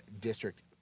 District